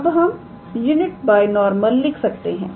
अबहम unit binormal लिख सकते हैं